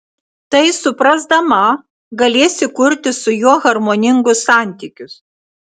tai suprasdama galėsi kurti su juo harmoningus santykius